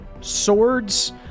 swords